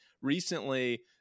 recently